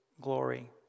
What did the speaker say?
Glory